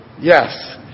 Yes